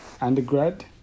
undergrad